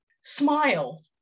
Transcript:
Smile